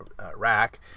iraq